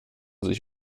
sich